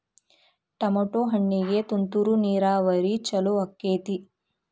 Tomato ಹಣ್ಣಿಗೆ ತುಂತುರು ನೇರಾವರಿ ಛಲೋ ಆಕ್ಕೆತಿ?